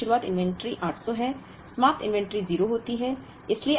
4 वें महीने की शुरुआत इन्वेंट्री 800 है समाप्त इन्वेंट्री 0 होती है